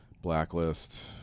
Blacklist